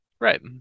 Right